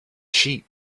sheep